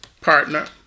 partner